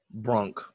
Brunk